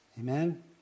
Amen